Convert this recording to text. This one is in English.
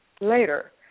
later